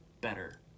better